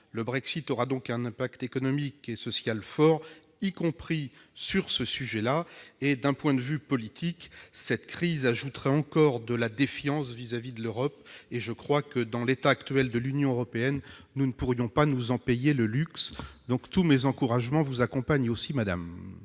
Le Brexit aura donc un fort impact économique et social, y compris dans ce secteur. D'un point de vue politique, cette crise ajouterait encore à la défiance vis-à-vis de l'Europe. En l'état actuel de l'Union européenne, nous ne pouvons nous offrir ce luxe. Tous mes encouragements vous accompagnent aussi, madame.